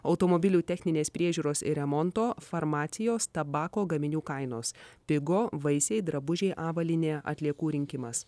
automobilių techninės priežiūros ir remonto farmacijos tabako gaminių kainos pigo vaisiai drabužiai avalynė atliekų rinkimas